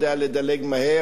לדלג מהר.